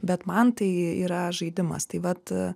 bet man tai yra žaidimas tai vat